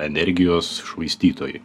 energijos švaistytojai